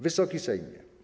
Wysoki Sejmie!